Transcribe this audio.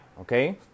okay